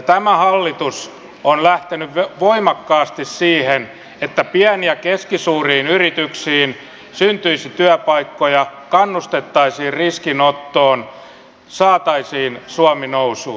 tämä hallitus on lähtenyt voimakkaasti siihen että pieniin ja keskisuuriin yrityksiin syntyisi työpaikkoja kannustettaisiin riskinottoon saataisiin suomi nousuun